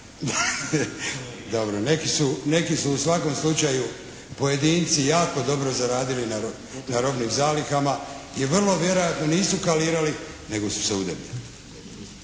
Neki su u svakom slučaju pojedinci jako dobro zaradili na robnim zalihama i vrlo vjerojatno nisu kalirali nego su se udebljali.